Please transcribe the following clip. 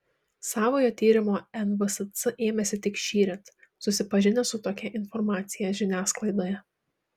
savojo tyrimo nvsc ėmėsi tik šįryt susipažinę su tokia informacija žiniasklaidoje